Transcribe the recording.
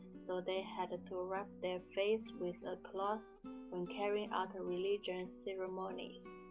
so they had to ah wrap their faces with a cloth when carrying out religious ceremonies.